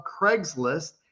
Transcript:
Craigslist